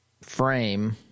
frame